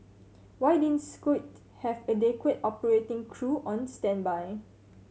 why didn't Scoot have adequate operating crew on standby